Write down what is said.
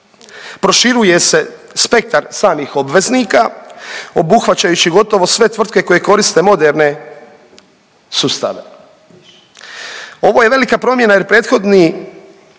Proširuje se spektar samih obveznika obuhvaćajući gotovo sve tvrtke koje koriste moderne sustave. Ovo je velika promjena jer prethodni